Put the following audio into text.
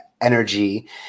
energy